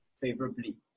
favorably